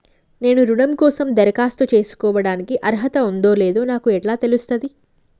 నేను రుణం కోసం దరఖాస్తు చేసుకోవడానికి అర్హత ఉందో లేదో నాకు ఎట్లా తెలుస్తది?